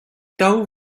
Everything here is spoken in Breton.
daou